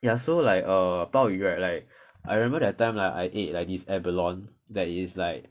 ya so like err 鲍鱼 right like I remember that time lah I ate like this abalone that is like